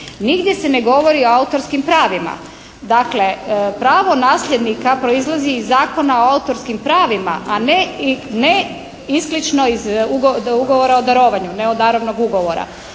Nigdje se ne govori o autorskim pravima. Dakle, pravo nasljednika proizlazi iz Zakona o autorskim pravima a ne isklično iz Ugovora o darovanju, ne od darovnog ugovora.